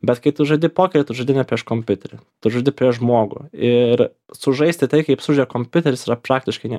bet kai tu žaidi pokerį tu žaidi ne prieš kompiuterį tu žaidi prieš žmogų ir sužaisti taip kaip sužaidžia kompiuteris yra praktiškai ne